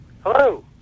Hello